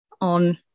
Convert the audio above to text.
on